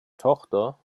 tochter